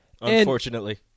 Unfortunately